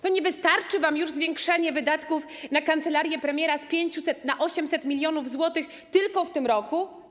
To nie wystarczy wam już zwiększenie wydatków na kancelarię premiera z 500 do 800 mln zł tylko w tym roku?